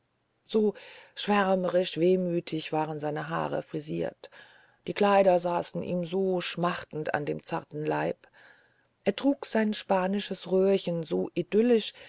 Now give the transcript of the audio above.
so schwärmerisch wehmütig waren seine haare frisiert die kleider saßen ihm so schmachtend an dem zarten leibe er trug sein spanisches röhrchen so idyllisch